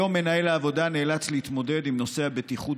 היום מנהל העבודה נאלץ להתמודד עם נושא הבטיחות